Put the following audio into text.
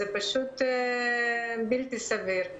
זה פשוט בלתי סביר.